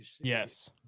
yes